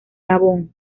gabón